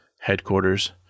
Headquarters